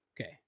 Okay